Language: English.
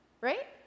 right